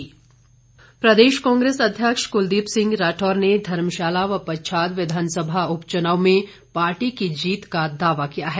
राठौर प्रदेश कांग्रेस अध्यक्ष कुलदीप सिंह राठौर ने धर्मशाला व पच्छाद विधानसभा उपचुनाव में पार्टी की जीत का दावा किया है